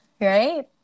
Right